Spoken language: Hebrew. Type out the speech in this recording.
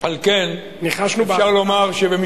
ניחשנו בהתחלה.